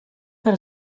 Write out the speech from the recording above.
per